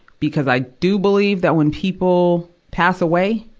because i do believe that when people pass away,